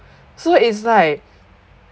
so it's like